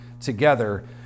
together